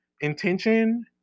intention